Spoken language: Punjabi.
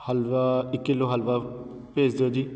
ਹਲਵਾ ਇੱਕ ਕਿੱਲੋ ਹਲਵਾ ਭੇਜ ਦਿਓ ਜੀ